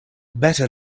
better